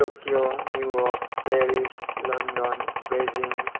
Tokyo New York Paris London Beijing